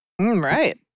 right